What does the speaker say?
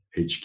hq